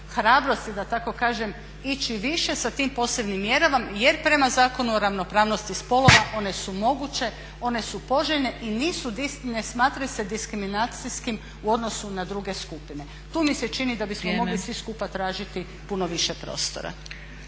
hrabrosti da tako kažem ići više sa tim posebnim mjerama jer prema Zakonu o ravnopravnosti spolova one su moguće, one su poželjne i ne smatraju se diskriminacijskim u odnosu na druge skupine. Tu mi se čini da bismo mogli svi skupa tražiti puno više prostora.